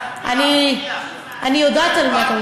אני יודעת על מה אתה,